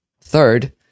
Third